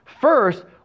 First